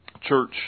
church